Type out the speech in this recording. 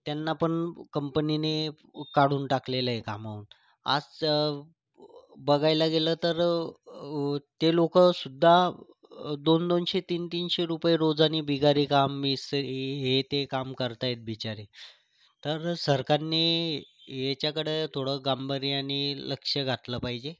त्यांना पण कंपनीनी काढून टाकलेलं आहे कामावून असं बघायला गेलं तर ते लोकंसुद्धा दोनदोनशे तीनतीनशे रुपये रोजानी बिगारी काम इस हे ते काम करत आहेत बिचारे तर सरकारनी याच्याकडं थोडं गांभीर्यानी लक्ष घातलं पाहिजे